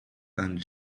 and